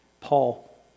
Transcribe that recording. Paul